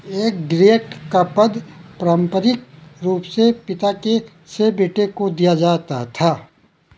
एक ग्रेट का पद पारम्परिक रूप से पिता के से बेटे को दिया जाता था